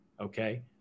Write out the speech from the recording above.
Okay